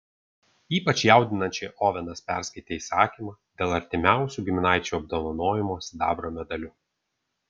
ypač jaudinančiai ovenas perskaitė įsakymą dėl artimiausių giminaičių apdovanojimo sidabro medaliu